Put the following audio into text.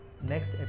Next